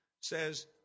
says